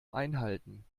einhalten